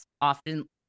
often